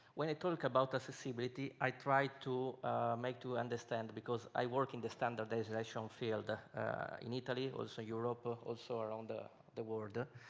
when i talk about accessibility, i try to make to understand because i work in the standardisation field ah in italy, also europe, ah also around the the world. both